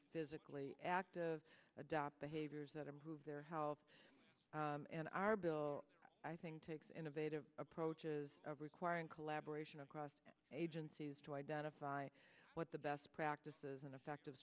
physically active adopt behaviors that improve their house and our bill i think takes innovative approaches requiring collaboration across agencies to identify what the best practices and effective